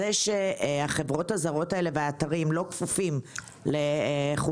זה שהחברות הזרות האלה והאתרים לא כפופים לחוק